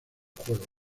juego